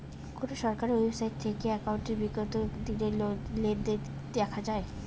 কোন সরকারি ওয়েবসাইট থেকে একাউন্টের বিগত দিনের লেনদেন দেখা যায়?